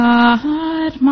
God